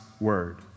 word